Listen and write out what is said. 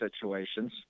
situations